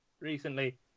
recently